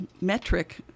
metric